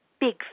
big